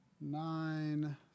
nine